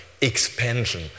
expansion